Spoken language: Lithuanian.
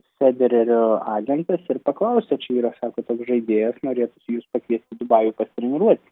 federerio agentas ir paklausė čia yra sako toks žaidėjas norėtų jus pakviesti į dubajų pasitreniruoti